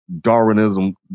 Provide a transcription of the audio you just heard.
Darwinism